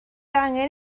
angen